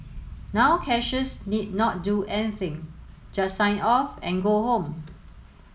now cashiers need not do anything just sign off and go home